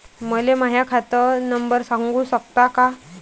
मले माह्या खात नंबर सांगु सकता का?